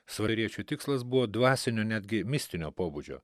svarviečių tikslas buvo dvasiniu netgi mistinio pobūdžio